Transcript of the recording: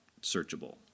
searchable